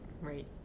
right